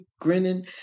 Grinning